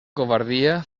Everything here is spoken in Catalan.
covardia